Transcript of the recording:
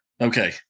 Okay